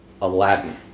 Aladdin